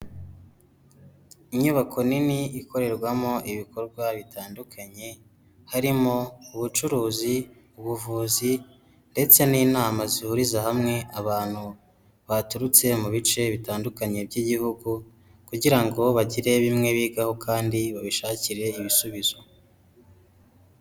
Inyubako nini ikorerwamo ibikorwa bitandukanye harimo ubucuruzi ubuvuzi, ndetse n'inama zihuriza hamwe abantu baturutse mu bice bitandukanye by'igihugu kugira ngo bagire bimwe bigaho kandi babishakire ibisubizo.